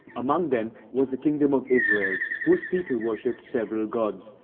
among them was the kingdom of israel whose people worshipped several gods,